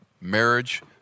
marriage